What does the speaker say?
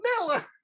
Miller